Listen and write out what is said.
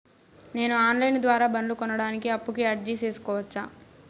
నేను online ద్వారా బండ్లు కొనడానికి అప్పుకి అర్జీ సేసుకోవచ్చా?